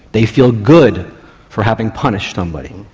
they feel good for having punished somebody.